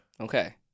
Okay